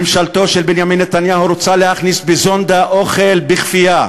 ממשלתו של בנימין נתניהו רוצה להכניס בזונדה אוכל בכפייה,